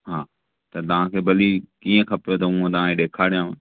हा त तव्हांखे भली कीअं खपेव उहा तव्हांखे ॾेखारियांव